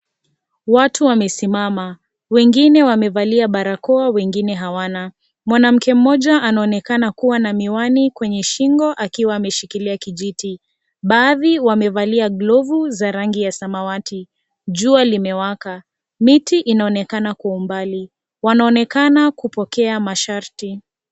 Watu wamesimama. Wengine wamevalia barakoa, wengine hawana. Mwanamke mmoja anaonekana kuwa na miwani kwenye shingo akiwa ameshikilia kijiti. Baadhi wamevalia glovu za rangi ya samawati. Jua limewaka. Miti inaonekana kwa umbali. Wanaonekana kupokea masharti.